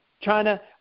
China